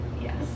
Yes